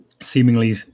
Seemingly